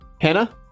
Hannah